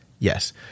Yes